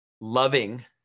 loving